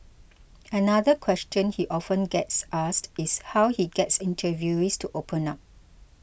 another question he often gets asked is how he gets interviewees to open up